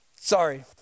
Sorry